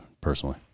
personally